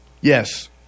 Yes